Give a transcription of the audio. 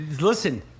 Listen